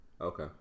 okay